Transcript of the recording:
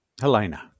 Helena